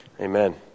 Amen